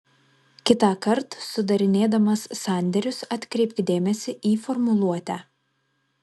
kitąkart sudarinėdamas sandėrius atkreipk dėmesį į formuluotę